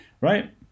Right